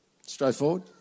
Straightforward